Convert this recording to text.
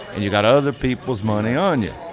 and you've got other people's money on you.